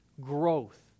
growth